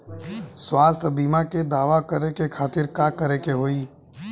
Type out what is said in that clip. स्वास्थ्य बीमा के दावा करे के खातिर का करे के होई?